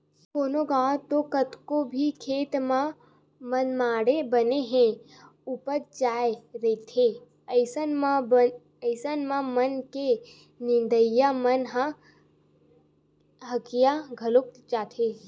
कतको घांव तो कोनो भी खेत म मनमाड़े बन ह उपज जाय रहिथे अइसन म बन के नींदइया मन ह हकिया घलो जाथे